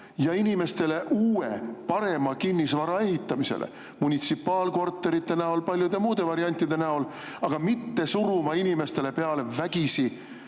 ja inimestele uue parema kinnisvara ehitamisele munitsipaalkorterite näol, paljude muude variantide näol, aga mitte suruma inimestele peale vägisi